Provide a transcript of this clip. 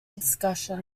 discussion